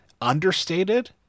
understated